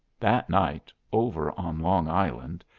that night, over on long island,